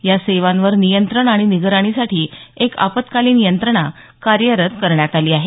या सेवांवर नियंत्रण आणि निगराणीसाठी एक आपत्कालीन यंत्रणा कार्यरत करण्यात आली आहे